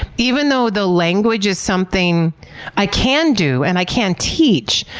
even though the language is something i can do and i can teach,